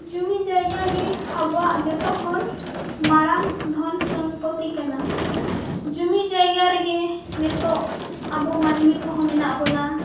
ᱡᱩᱢᱤᱼᱡᱟᱭᱜᱟ ᱜᱮ ᱟᱵᱚᱣᱟᱜ ᱡᱚᱛᱚᱠᱷᱚᱱ ᱢᱟᱨᱟᱝ ᱫᱷᱚᱱᱼᱥᱚᱢᱯᱛᱤ ᱠᱟᱱᱟ ᱡᱩᱢᱤᱼᱡᱟᱭᱜᱟ ᱨᱮᱜᱮ ᱱᱤᱛᱚᱜ ᱟᱵᱚ ᱢᱟᱱᱢᱤᱠᱚᱦᱚᱸ ᱢᱮᱱᱟᱜᱵᱚᱱᱟ